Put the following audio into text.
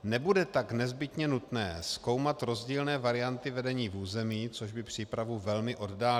Nebude tak nezbytně nutné zkoumat rozdílné varianty vedení v území, což by přípravu velmi oddálilo.